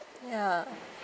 ya